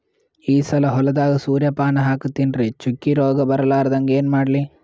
ಈ ಸಲ ಹೊಲದಾಗ ಸೂರ್ಯಪಾನ ಹಾಕತಿನರಿ, ಚುಕ್ಕಿ ರೋಗ ಬರಲಾರದಂಗ ಏನ ಮಾಡ್ಲಿ?